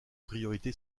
priorité